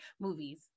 movies